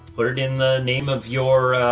put it in the name of your,